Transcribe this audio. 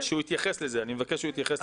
זה אולי יותר שאלה לסימה מאשר לי.